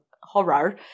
horror